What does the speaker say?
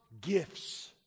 gifts